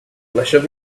pleasure